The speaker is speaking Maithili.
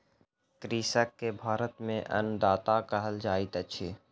कृषक के भारत में अन्नदाता कहल जाइत अछि